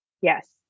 Yes